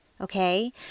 Okay